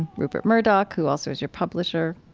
rupert murdoch, who also is your publisher.